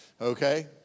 Okay